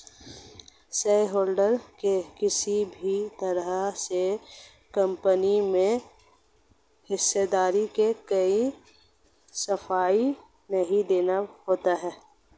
shareholder को किसी भी तरह से कम्पनी में हिस्सेदारी की कोई सफाई नहीं देनी होती है